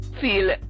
feel